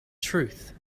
truth